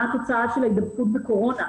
מה התוצאה של ההידבקות בקורונה,